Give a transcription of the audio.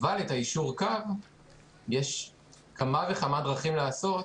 אבל את יישור הקו יש כמה וכמה דרכים לעשות,